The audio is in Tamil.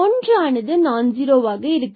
ஒன்றானது நான் ஜுரோவாக இருக்க வேண்டும்